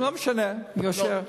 מה שקורה כאן, מעבר לכך,